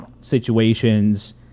situations